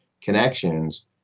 connections